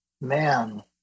Man